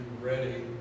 ready